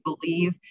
believe